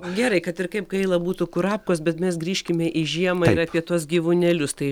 gerai kad ir kaip gaila būtų kurapkos bet mes grįžkime į žiemą ir apie tuos gyvūnėlius tai